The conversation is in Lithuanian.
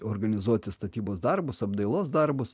organizuoti statybos darbus apdailos darbus